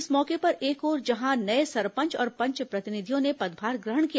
इस मौके पर एक ओर जहां नए सरपंच और पंच प्रतिनिधियों ने पदभार ग्रहण किया